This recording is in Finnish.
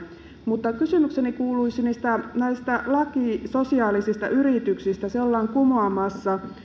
mutta kysymykseni kuuluisi tästä laista sosiaalisista yrityksistä se ollaan kumoamassa